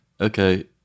Okay